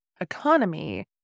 economy